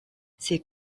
ses